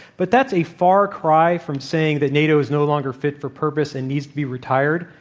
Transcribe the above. but that's a far cry from saying that nato is no longer fit for purpose and needs to be retired.